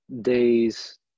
days